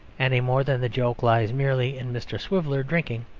any more than the joke lies merely in mr. swiveller drinking,